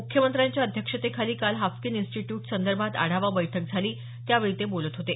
मुख्यमंत्र्यांच्या अध्यक्षतेखाली काल हाफकिन इन्स्टिट्यूट संदर्भात आढावा बैठक झाली त्यावेळी ते बोलत होते